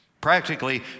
Practically